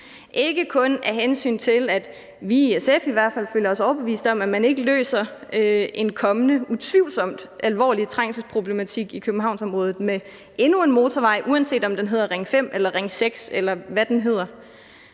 ikke kun af hensyn til, at vi i SF i hvert fald føler os overbevist om, at man ikke løser en kommende utvivlsomt alvorlig trængselsproblematik i Københavnsområdet med endnu en motorvej, uanset om den hedder Ring 5 eller Ring 6, eller hvad den hedder,